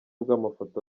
bw’amafoto